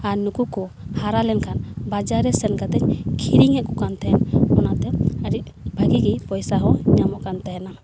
ᱟᱨ ᱱᱩᱠᱩ ᱠᱚ ᱦᱟᱨᱟ ᱞᱮᱱ ᱠᱷᱟᱱ ᱵᱟᱡᱟᱨ ᱨᱮ ᱥᱮᱱ ᱠᱟᱛᱮᱫ ᱟᱹᱠᱷᱤᱨᱤᱧ ᱮᱫ ᱠᱚ ᱠᱟᱱ ᱛᱟᱦᱮᱱ ᱚᱱᱟᱛᱮ ᱟᱹᱰᱤ ᱵᱷᱟᱹᱜᱮ ᱜᱮ ᱯᱚᱭᱥᱟ ᱦᱚᱸ ᱧᱟᱢᱚᱜ ᱠᱟᱱ ᱛᱟᱦᱮᱱᱟ